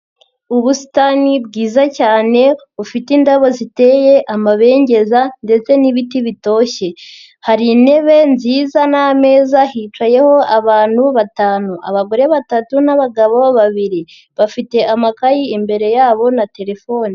Ubusitani bwiza cyane ufite indabo ziteye amabengeza ndetse n'ibiti bitoshye, hari intebe nziza n'ameza hicayeho abantu batanu, abagore batatu n'abagabo babiri, bafite amakayi imbere yabo na telefone.